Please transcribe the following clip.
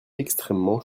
extrêmement